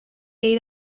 aid